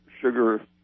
sugar